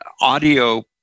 audio